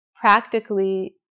practically